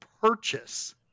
Purchase